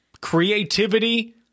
creativity